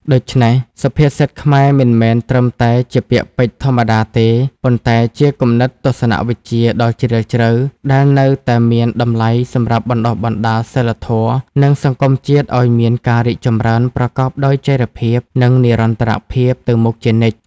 ដូច្នេះ សុភាសិតខ្មែរមិនមែនត្រឹមតែជាពាក្យពេចន៍ធម្មតាទេ ប៉ុន្តែជាគំនិតទស្សនវិជ្ជាដ៏ជ្រាលជ្រៅ ដែលនៅតែមានតម្លៃសម្រាប់បណ្តុះបណ្តាលសីលធម៌ និងសង្គមជាតិឲ្យមានការរីកចម្រើនប្រកបដោយចីរភាព និងនិរន្តរភាពទៅមុខជានិច្ច។